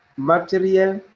material,